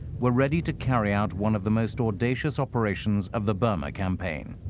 were ready to carry out one of the most audacious operations of the burma campaign.